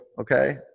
okay